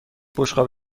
بشقاب